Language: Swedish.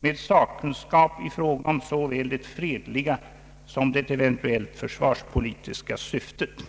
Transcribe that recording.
med sakkunskap i fråga om såväl det fredliga som det eventuella försvarspolitiska syftet.